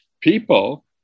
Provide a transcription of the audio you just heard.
people